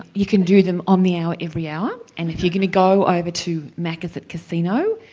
you can do them on the hour, every hour, and if you're going to go over to macca's at casino,